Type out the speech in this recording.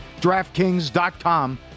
DraftKings.com